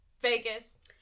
Vegas